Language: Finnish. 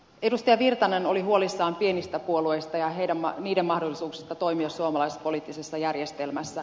edustaja virtanen oli huolissaan pienistä puolueista ja niiden mahdollisuuksista toimia suomalaisessa poliittisessa järjestelmässä